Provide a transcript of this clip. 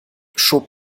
schob